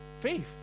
faith